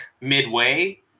midway